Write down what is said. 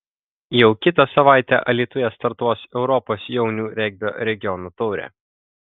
jau kitą savaitę alytuje startuos europos jaunių regbio regionų taurė